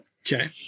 Okay